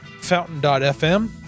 fountain.fm